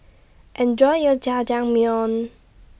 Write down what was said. Enjoy your Jajangmyeon